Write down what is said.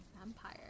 vampire